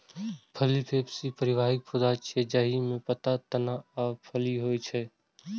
फली फैबेसी परिवारक पौधा छियै, जाहि मे पात, तना आ फली होइ छै